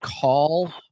call